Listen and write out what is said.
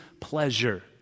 pleasure